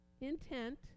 intent